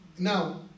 Now